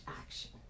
action